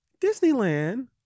Disneyland